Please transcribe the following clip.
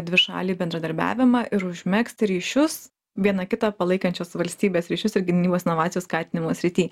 dvišalį bendradarbiavimą ir užmegzti ryšius viena kitą palaikančios valstybės ryšius ir gynybos inovacijų skatinimo srity